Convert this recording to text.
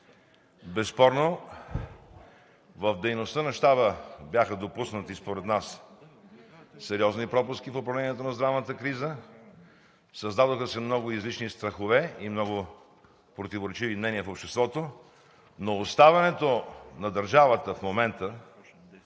Безспорно в дейността на Щаба бяха допуснати според нас сериозни пропуски в управлението на здравната криза, създадоха се много излишно страхове и много противоречиви мнения в обществото, но оставането на държавата в момента